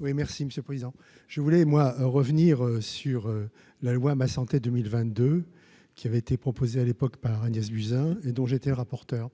Oui merci Monsieur prison je voulais moi, revenir sur la loi ma santé 2022, qui avait été proposé à l'époque par Agnès Buzyn et dont j'étais rapporteur,